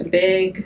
big